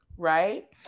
Right